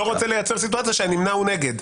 רוצה לייצר סיטואציה שהנמנע הוא נגד.